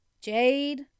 Jade